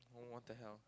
oh what the hell